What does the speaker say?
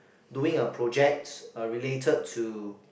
doing a project uh related to